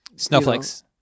Snowflakes